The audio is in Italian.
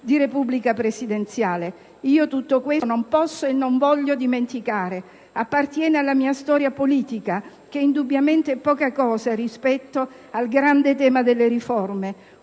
di Repubblica presidenziale. Tutto questo non posso e non voglio dimenticare: appartiene alla mia storia politica, che indubbiamente è poca cosa rispetto al grande tema delle riforme,